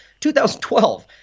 2012